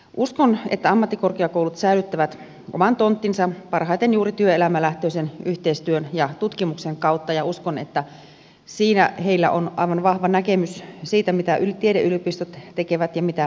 uskon että ammattikorkeakoulut säilyttävät oman tonttinsa parhaiten juuri työelämälähtöisen yhteistyön ja tutkimuksen kautta ja uskon että siinä on siellä aivan vahva näkemys siitä mitä tiedeyliopistot tekevät ja mitä ammattikorkeakoulut